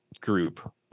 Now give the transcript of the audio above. group